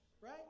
Right